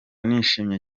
nishimye